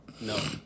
No